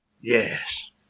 Yes